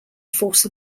force